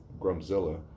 Grumzilla